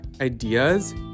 ideas